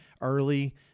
early